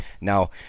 now